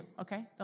okay